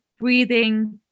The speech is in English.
breathing